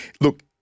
look